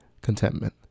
contentment